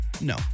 no